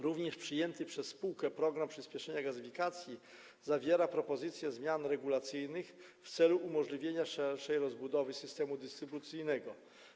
Również przyjęty przez spółkę program przyspieszenia gazyfikacji zawiera propozycje zmian regulacyjnych w celu umożliwienia szerszej rozbudowy systemu dystrybucyjnego.